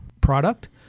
product